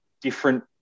different